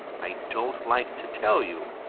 i don't like to tell you,